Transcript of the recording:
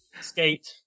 Skate